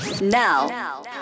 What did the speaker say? Now